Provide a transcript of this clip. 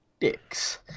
dicks